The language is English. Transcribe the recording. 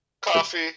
Coffee